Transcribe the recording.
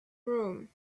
room